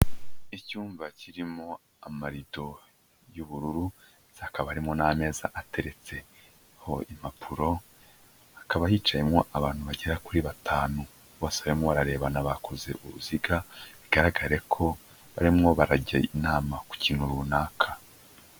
Icyumba kirimo amarido y'ubururu, ndetse hakaba harimo n'ameza ateretseho impapuro, hakaba hicayemo abantu bagera kuri batanu, bose barimo bararebana, bakoze uruziga bigaragare ko barimo barajya inama ku kintu runaka.